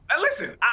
listen